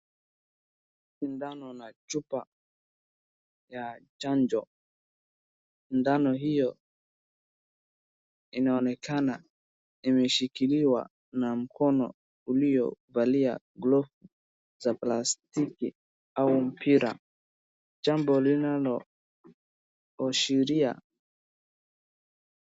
Sindano na chupa ya chanjo. Sindano hiyo inaonekana imeshikiliwa na mkono uliovalia glovu za plasiki au mpira. Jambo linaloashiria